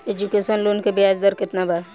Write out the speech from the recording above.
Education loan के ब्याज दर केतना बा?